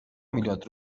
میلاد